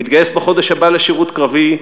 המתגייס בחודש הבא לשירות קרבי,